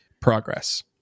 progress